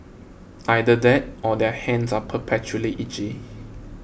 either that or their hands are perpetually itchy